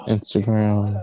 Instagram